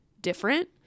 different